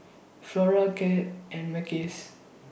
Flora Glad and Mackays